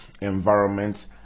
environment